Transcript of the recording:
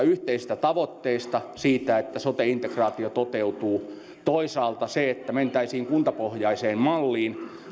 yhteisistä tavoitteista siitä että sote integraatio toteutuu toisaalta siitä että mentäisiin kuntapohjaiseen malliin